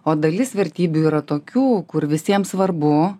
o dalis vertybių yra tokių kur visiem svarbu